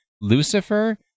lucifer